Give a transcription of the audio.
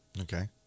Okay